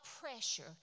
pressure